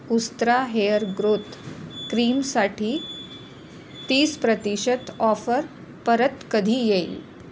उस्त्रा hair growth क्रीमसाठी तीस प्रतिशत ऑफर परत कधी येईल